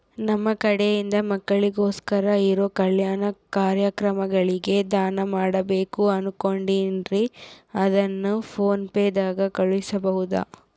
ನಮ್ಮ ಕಡೆಯಿಂದ ಮಕ್ಕಳಿಗೋಸ್ಕರ ಇರೋ ಕಲ್ಯಾಣ ಕಾರ್ಯಕ್ರಮಗಳಿಗೆ ದಾನ ಮಾಡಬೇಕು ಅನುಕೊಂಡಿನ್ರೇ ಅದನ್ನು ಪೋನ್ ಪೇ ದಾಗ ಕಳುಹಿಸಬಹುದಾ?